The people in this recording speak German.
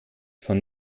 von